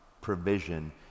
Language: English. provision